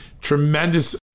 Tremendous